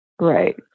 Right